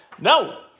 No